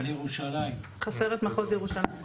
חסר את מחוז ירושלים.